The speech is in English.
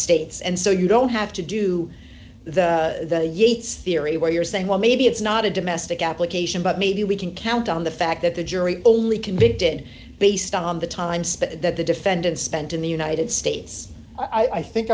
states and so you don't have to do the the yates theory where you're saying well maybe it's not a domestic application but maybe we can count on the fact that the jury only convicted based on the time spent that the defendant spent in the united states i think